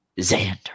Xander